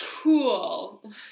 Cool